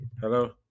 Hello